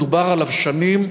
מדובר עליו שנים,